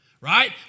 right